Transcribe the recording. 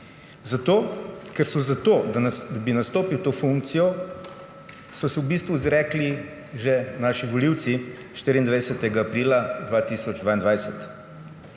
ker so se za to, da bi nastopil to funkcijo, v bistvu izrekli že naši volivci 24. aprila 2022.